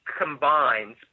combines